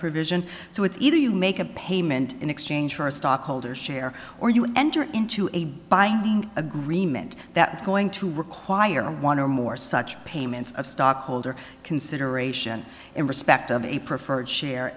provision so it's either you make a payment in exchange for a stockholder share or you enter into a binding agreement that is going to require one or more such payments of stockholder consideration in respect of a preferred share